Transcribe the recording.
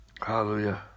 Hallelujah